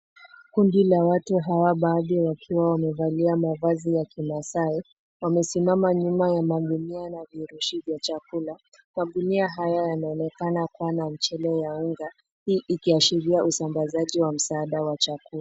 Kundi la watu hawa baadhi wakiwa wamevalia mavazi ya kimaasai, wamesimama nyuma ya magunia yanayo vifurushi ya chakula. Magunia haya yanaonekana kuwa na mchele ya unga. Hii ikiashiria usambazaji wa msaada wa chakula.